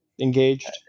engaged